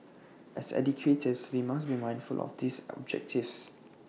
as educators we must be mindful of these objectives